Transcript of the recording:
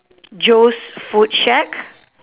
joe's food shack